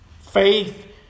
faith